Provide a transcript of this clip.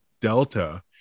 Delta